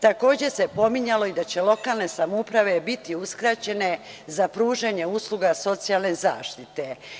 Takođe, se pominjalo i da će lokalne samouprave biti uskraćene za pružanje usluga socijalne zaštite.